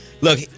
Look